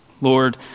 Lord